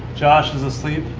josh is asleep.